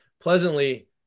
pleasantly